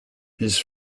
his